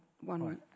One